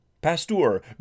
Pasteur